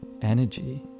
Energy